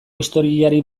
historiari